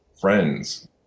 friends